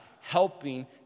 helping